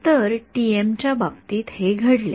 तर टीएम च्या बाबतीत हे घडले